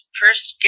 first